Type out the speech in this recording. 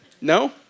No